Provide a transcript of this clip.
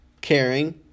caring